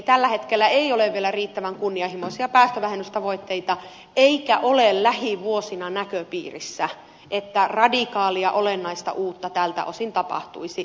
tällä hetkellä ei ole vielä riittävän kunnianhimoisia päästövähennystavoitteita eikä ole lähivuosina näköpiirissä että radikaalia olennaista uutta tältä osin tapahtuisi valitettavasti